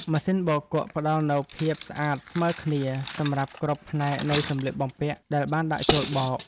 ម៉ាស៊ីនបោកគក់ផ្តល់នូវភាពស្អាតស្មើគ្នាសម្រាប់គ្រប់ផ្នែកនៃសម្លៀកបំពាក់ដែលបានដាក់ចូលបោក។